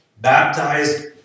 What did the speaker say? baptized